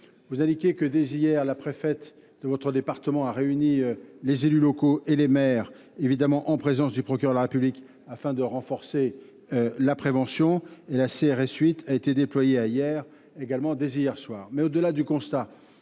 vous indiquer que, dès hier, la préfète de votre département a réuni les élus locaux et les maires, en présence du procureur de la République, afin de renforcer la prévention. La CRS 8 a également été déployée à Yerres dès hier soir.